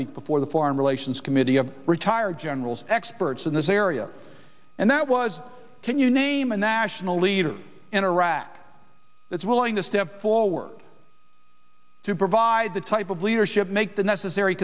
week before the foreign relations committee a retired generals experts in this area and that was can you name a national leader in iraq that's willing to step forward to provide the type of leadership make the necessary